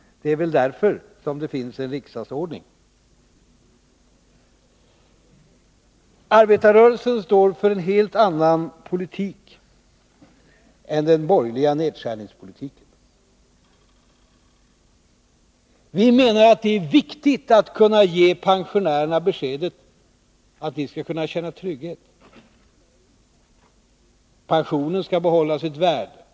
Det är därför det finns en riksdagsordning. Arbetarrörelsen står för en helt annan politik än den borgerliga 65 nedskärningspolitiken. Vi menar att det är viktigt att kunna ge pensionärerna beskedet: Ni skall kunna känna trygghet. Pensionen skall behålla sitt värde.